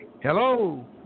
Hello